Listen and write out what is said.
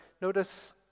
Notice